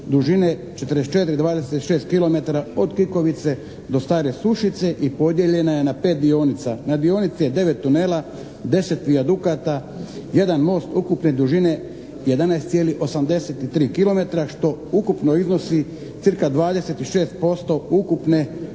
dužine 44,26 kilometara od Kikovice do Stare Sušice i podijeljena je na pet dionica. Na dionici je 9 tunela, 10 vijadukata, jedan most ukupne dužine 11,83 kilometra što ukupno iznosi cirka 26% ukupne